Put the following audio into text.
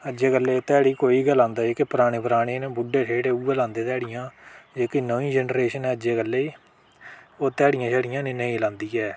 अज्जे कल्ले दा ध्याड़ी कोई गै लादां ऐ पराने पराने बूड्ढे ठेड्डे उऐ लादें ध्याड़ियां जेह्की नमी जनेरशन ऐ ओह् ध्याड़ियां शेयाड़ियां नेईं लांदी ऐ